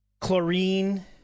chlorine